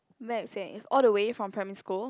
maths eh all the way from primary school